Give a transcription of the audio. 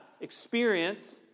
experience